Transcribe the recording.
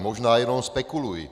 Možná jenom spekuluji.